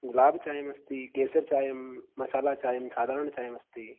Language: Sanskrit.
गुलाब् चायम् अस्ति केसर् चायं मसाला चायं साधारण चायमस्ति